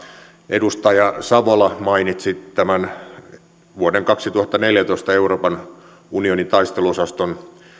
edustaja savola mainitsi vuoden kaksituhattaneljätoista euroopan unionin taisteluosaston